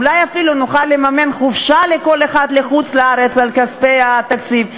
אולי אפילו נוכל לממן חופשה לכל אחד בחוץ-לארץ מכספי התקציב,